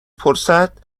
پرسد